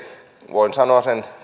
voin sanoa sen